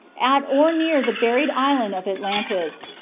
at or near the buried island of atlantis,